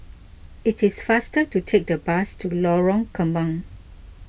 it is faster to take the bus to Lorong Kembang